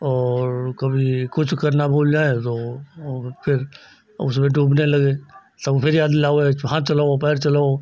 और कभी कुछ करना भूल जाएँ तो और फिर अब उसमें डूबने लगे तब वह फिर याद दिलाए हाथ चलाओ पैर चलाओ